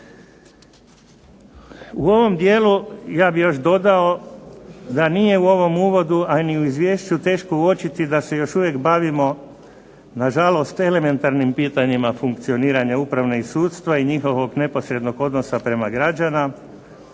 U ovom dijelu ja bih još dodao da nije u ovom uvodu a ni u izvješću teško uočiti da se još uvijek bavimo, na žalost elementarnim pitanjima funkcioniranja uprave i sudstva i njihovog neposrednog odnosa prema građana,